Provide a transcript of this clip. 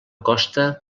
costa